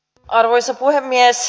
arvoisa puhemies